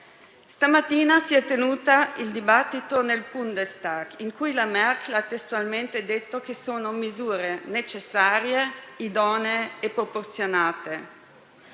Stamattina si è tenuto il dibattito nel *Bundestag,* in cui la Merkel ha testualmente detto che sono misure necessarie, idonee e proporzionate.